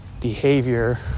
Behavior